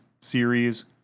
series